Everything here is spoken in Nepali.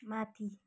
माथि